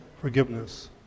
forgiveness